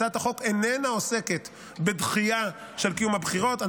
הצעת החוק איננה עוסקת בדחייה של קיום הבחירות.